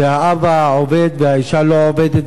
האבא עובד והאשה לא עובדת,